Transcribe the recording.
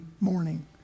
morning